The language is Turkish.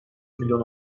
milyon